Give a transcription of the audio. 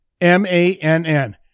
m-a-n-n